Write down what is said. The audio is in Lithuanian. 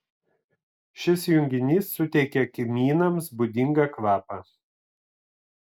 šis junginys suteikia kmynams būdingą kvapą